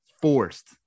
forced